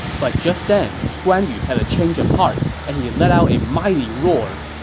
but just then, guan yu had a change of heart, and he let out a mighty roar.